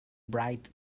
bright